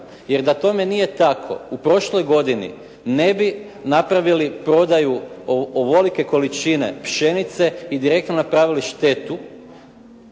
Jer da tome nije tako u prošloj godini ne bi napravili prodaju ovolike količine pšenice i direktno napravili štetu